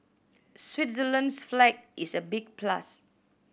Switzerland's flag is a big plus